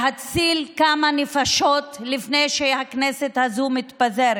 להציל כמה נפשות לפני שהכנסת הזאת מתפזרת.